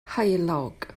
heulog